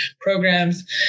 programs